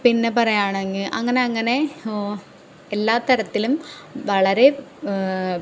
പിന്നെ പറയാണെങ്കില് അങ്ങനെ അങ്ങനെ എല്ലാത്തരത്തിലും വളരെ